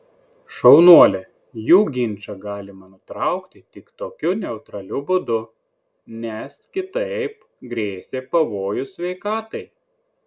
šaunuolė jų ginčą galima nutraukti tik tokiu neutraliu būdu nes kitaip grėsė pavojus sveikatai